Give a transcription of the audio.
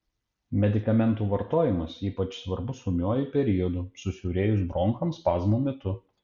medikamentų vartojimas ypač svarbus ūmiuoju periodu susiaurėjus bronchams spazmo metu